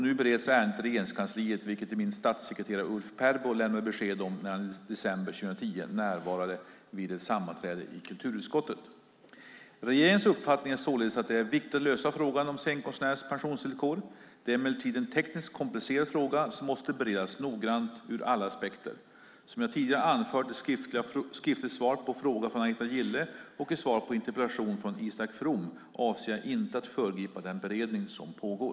Nu bereds ärendet i Regeringskansliet, vilket min statssekreterare Ulf Perno lämnade besked om när han i december 2010 närvarade vid ett sammanträde i kulturutskottet. Regeringens uppfattning är således att det är viktigt att lösa frågan om scenkonstnärers pensionsvillkor. Det är emellertid en tekniskt komplicerad fråga som måste beredas noggrant ur alla aspekter. Som jag tidigare har anfört i ett skriftligt svar på en fråga från Agneta Gille och i svar på en interpellation från Isak From avser jag inte att föregripa den beredning som pågår.